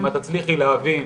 אם את תצליחי להבין,